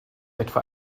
etwa